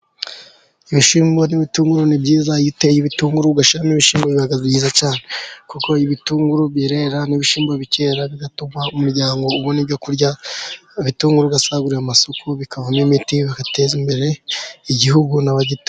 Ibishyimbo n'ibitunguru ni byiza, iyo uteye ibitunguru ugashyiramo n'ibishyimbo biba byiza cyane, kuko ibitunguru birera n'ibishyimbo bikera, bigatuma umuryango ubona ibyo kurya, ibitunguru ugasagurira amasoko, bikavamo imiti, bigateza imbere igihugu n'abagitu...